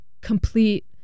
complete